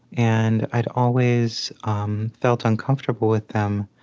and i'd always um felt uncomfortable with them